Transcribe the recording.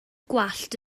gwallt